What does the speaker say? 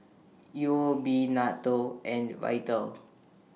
U O B NATO and Vital